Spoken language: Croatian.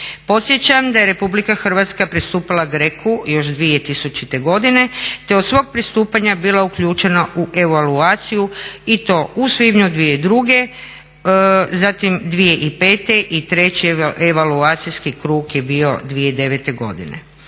Podsjećam da je RH pristupila GRECO-u još 2000.godine te od svog pristupanja bila uključena u evaluaciju i to u svibnju 2002., zatim 2005. i treći evaluacijski krug je bio 2009.godine.